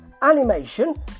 animation